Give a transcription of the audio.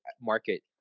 market